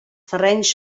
terrenys